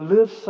Live